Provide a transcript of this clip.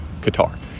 Qatar